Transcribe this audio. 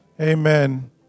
Amen